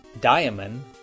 Diamond